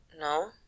No